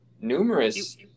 numerous